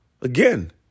again